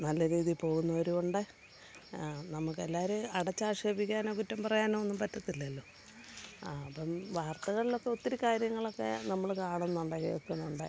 നല്ല രീതീ പോകുന്നവരുമുണ്ട് നമ്മുക്ക് എല്ലാവരെയും അടച്ചാക്ഷേപിക്കാനോ കുറ്റം പറയാനോ ഒന്നും പറ്റത്തില്ലല്ലോ ആ അപ്പം വാർത്തകളിലൊക്കെ ഒത്തിരി കാര്യങ്ങളൊക്കെ നമ്മൾ കാണുന്നുണ്ട് കേൾക്കുന്നുണ്ട്